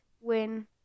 win